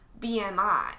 BMI